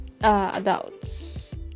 adults